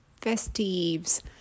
festives